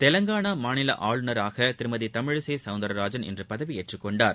தெலங்கானா மாநில ஆளுநராக திருமதி தமிழிசை சவுந்திரராஜன் இன்று பதவியேற்றுக் கொண்டார்